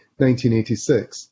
1986